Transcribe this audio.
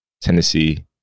Tennessee